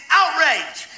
outrage